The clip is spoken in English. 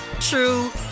true